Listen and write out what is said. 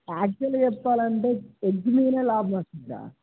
యాక్చువల్గా చెప్పాలంటే ఎగ్స్ మీద లాభం వస్తుంది రా